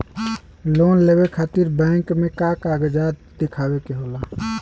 Loan लेवे खातिर bank मे का कागजात दिखावे के होला?